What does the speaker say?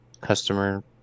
Customer